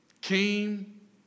came